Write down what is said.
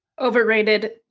Overrated